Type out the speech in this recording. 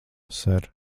ser